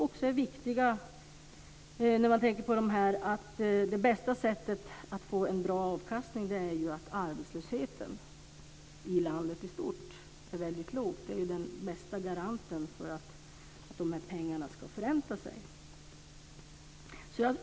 De är viktiga också när man tänker på att det bästa sättet att få en bra avkastning är att arbetslösheten i landet i stort är låg. Det är ju den bästa garanten för att pengarna ska förränta sig.